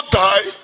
die